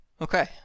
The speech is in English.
Okay